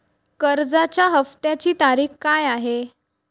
कर्जाचा हफ्त्याची तारीख काय आहे?